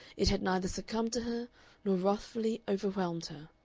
it had neither succumbed to her nor wrathfully overwhelmed her.